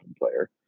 player